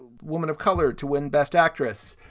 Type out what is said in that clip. woman of color to win best actress?